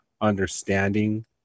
understanding